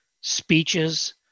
speeches